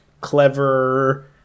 clever